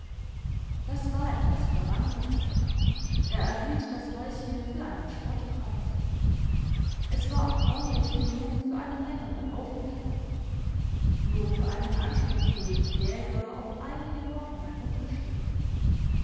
das war etwas für randers er erhielt das häuschen für einen spottpreis es war auch ärmlich genug für einen längeren aufenthalt nur für einen anspruchslosen jäger auf einige wochen ein unterschlupf